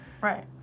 right